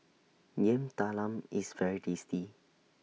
Yam Talam IS very tasty